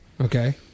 Okay